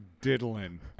diddling